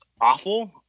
awful